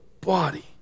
body